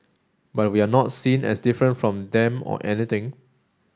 but we're not seen as different from them or anything